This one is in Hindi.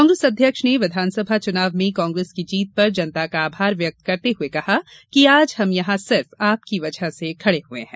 कांग्रेस अध्यक्ष ने विधानसभा चूनाव में कांग्रेस की जीत पर जनता का आभार व्यक्त करते हये कहा कि आज हम यहां सिर्फ आपकी वजह से खड़े हुये हैं